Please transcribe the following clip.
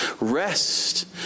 Rest